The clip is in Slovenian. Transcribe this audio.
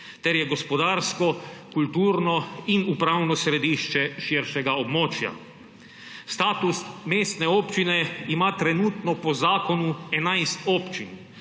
ter je gospodarsko, kulturno in upravno središče širšega območja. Status mestne občine ima trenutno po zakonu 11 občin.